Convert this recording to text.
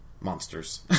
monsters